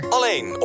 Alleen